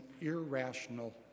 irrational